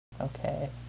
Okay